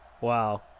Wow